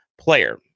player